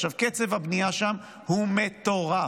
קצב הבנייה שם הוא מטורף,